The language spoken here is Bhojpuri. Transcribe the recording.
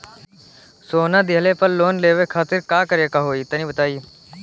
सोना दिहले पर लोन लेवे खातिर का करे क होई तनि बताई?